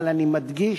אבל אני מדגיש: